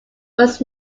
was